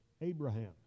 Abraham